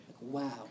Wow